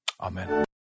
Amen